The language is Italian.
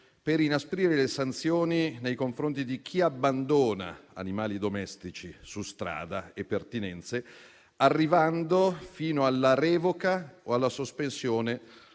per inasprire le sanzioni nei confronti di chi abbandona animali domestici su strada e pertinenze, arrivando fino alla revoca o alla sospensione